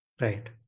Right